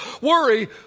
Worry